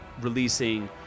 releasing